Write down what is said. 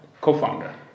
co-founder